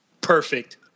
Perfect